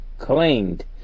claimed